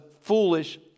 foolish